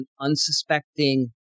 unsuspecting